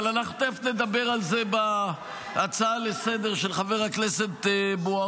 אבל אנחנו תכף נדבר על זה בהצעה לסדר-היום של חבר הכנסת בוארון.